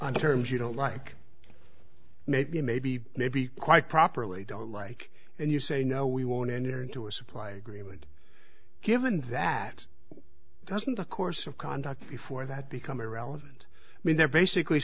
on terms you don't like maybe maybe maybe quite properly don't like and you say no we won't enter into a supply agreement given that doesn't the course of conduct before that become irrelevant i mean they're basically